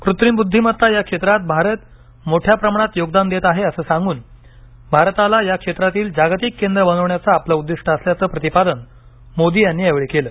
कृत्रिम बुद्धिमत्ता या क्षेत्रात भारत मोठ्या प्रमाणात योगदान देत आहे असं सांगून भारताला या क्षेत्रातील जागतिक केंद्र बनवण्याचं आपलं उद्दिष्ट असल्याचं प्रतिपादन मोदी यांनी यावेळी केलं